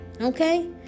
Okay